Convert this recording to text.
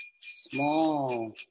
small